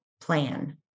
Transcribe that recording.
plan